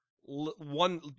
one